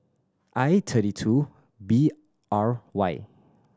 I thirty two B R Y